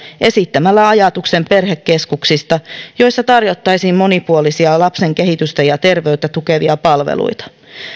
esittämällä ajatuksen perhekeskuksista joissa tarjottaisiin monipuolisia lapsen kehitystä ja terveyttä tukevia palveluita